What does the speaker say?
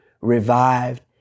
revived